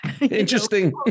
Interesting